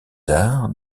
arts